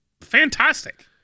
fantastic